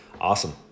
awesome